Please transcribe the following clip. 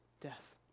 death